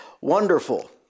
Wonderful